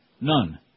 none